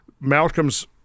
Malcolm's